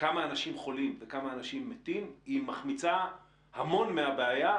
כמה אנשים חולים וכמה אנשים מתים מחמיצה המון מהבעיה,